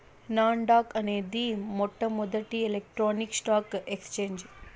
non dock అనేది మొట్టమొదటి electronic stock exchange